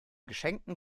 geschenkten